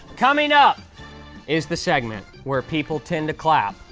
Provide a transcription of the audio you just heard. coming up is the segment where people tend to clap,